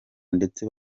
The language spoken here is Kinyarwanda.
ndetse